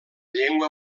llengua